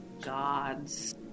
gods